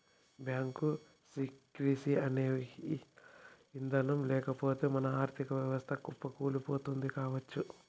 bank secrecy అనే ఇదానం లేకపోతె మన ఆర్ధిక వ్యవస్థ కుప్పకూలిపోతుంది కావచ్చు